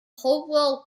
hopewell